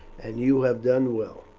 and you have done well,